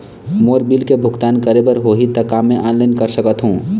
मोर bill के भुगतान करे बर होही ता का मैं ऑनलाइन कर सकथों?